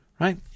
right